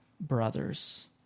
brothers